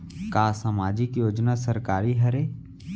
का सामाजिक योजना सरकारी हरे?